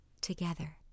together